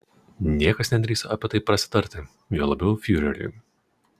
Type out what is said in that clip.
niekas nedrįso apie tai prasitarti juo labiau fiureriui